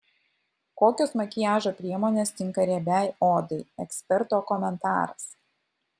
kokios makiažo priemonės tinka riebiai odai eksperto komentaras